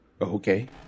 okay